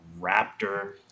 Raptor